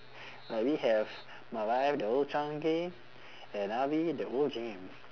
like we have my wife the old chang kee and i'll be the old gem